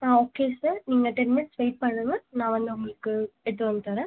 ஆ okay sir நீங்கள் ten minutes wait பண்ணுங்கள் நான் வந்து உங்களுக்கு எடுத்து வந்து தரேன்